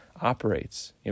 operates